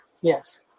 Yes